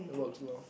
it works lor